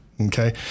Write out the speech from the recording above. okay